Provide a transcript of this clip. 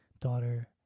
daughter